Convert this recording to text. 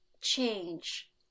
change